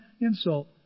insult